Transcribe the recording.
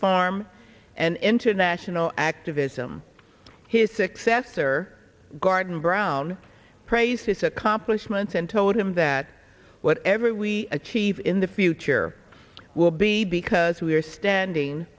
farm and international activism his successor garden brown praised his accomplishments and told him that whatever we achieve in the future will be because we are standing